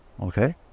okay